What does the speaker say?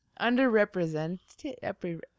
underrepresented